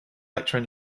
lecture